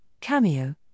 CAMEO